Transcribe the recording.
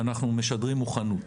ואנחנו משדרים מוכנות.